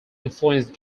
influenced